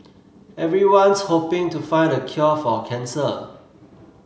everyone's hoping to find the cure for cancer